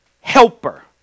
helper